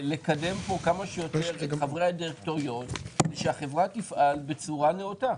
לקדם פה כמה שיותר את חברי הדירקטוריון כדי שהחברה תפעל בצורה נאותה.